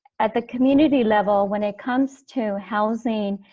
at the community level when it comes to housing